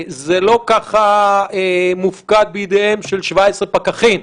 זה לא ככה מופקד בידיהם של 17 פקחים.